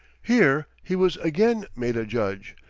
here he was again made a judge,